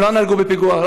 הם לא נהרגו בפיגוע,